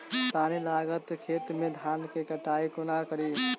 पानि लागल खेत मे धान केँ कटाई कोना कड़ी?